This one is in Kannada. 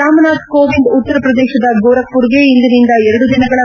ರಾಮನಾಥ್ ಕೋವಿಂದ್ ಉತ್ತರಪ್ರದೇಶದ ಗೋರಬ್ಪುರ್ಗೆ ಇಂದಿನಿಂದ ಎರಡು ದಿನಗಳ ಭೇಟಿ